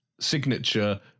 signature